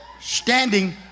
standing